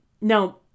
Now